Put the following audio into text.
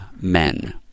men